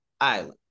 Island